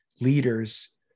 leaders